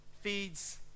feeds